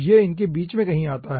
यह इनके बीच में कहीं आता है